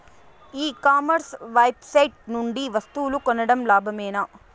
ఈ commerce website నుండి వస్తువులు కొనడం లాభమేనా?